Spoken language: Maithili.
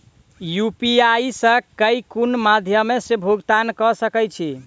यु.पी.आई सऽ केँ कुन मध्यमे मे भुगतान कऽ सकय छी?